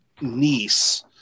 niece